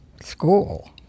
School